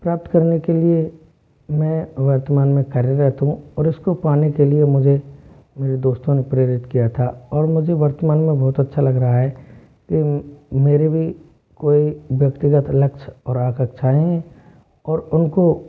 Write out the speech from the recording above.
प्राप्त करने के लिए मैं वर्तमान मे कार्यरत हूँ और उसको पाने के लिए मुझे मेरे दोस्तों ने प्रेरित किया था और मुझे वर्तमान में बहुत अच्छा लग रहा है की मेरे भी कोई व्यक्तिगत लक्ष्य और आकांक्षायें हैं और उनको